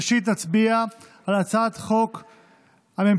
ראשית, נצביע על הצעת החוק הממשלתית,